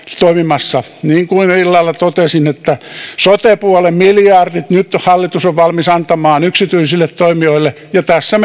toimimassa niin kuin jo illalla totesin sote puolen miljardit nyt hallitus on valmis antamaan yksityisille toimijoille ja tässä